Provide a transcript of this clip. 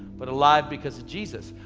but alive because of jesus.